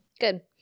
good